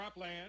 cropland